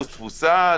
שאמרת,